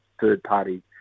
third-party